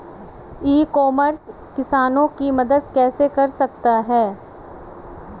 E commerce किसानों की मदद कैसे कर सकता है?